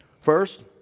First